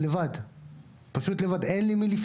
זה בתוך דו"ח המבקר התקציב ירד ל-72 מיליון; ובשנת 2021,